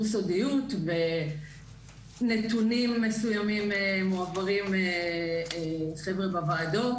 סודיות ונתונים מסוימים מועברים לחברי בוועדות,